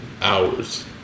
hours